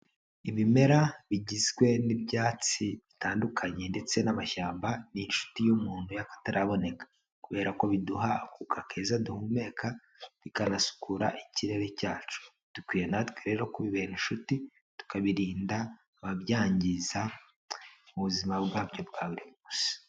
Ibimera bigizwe n'ibyatsi bitandukanye ndetse n'amashyamba ni inshuti y'umuntu y'akataraboneka, kubera ko biduha akuka keza duhumeka, bikanasukura ikirere cyacu, dukwiye natwe rero kubibera inshuti tukabirinda ababyangiriza mu ubuzima bwabyo bwa buri munsi.